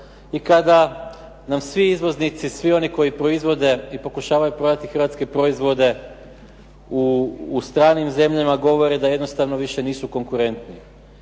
i kada nam svi izvoznici, svi oni koji proizvode i pokušavaju prodati hrvatske proizvode u stranim zemljama, govore da jednostavno više nisu konkurentni.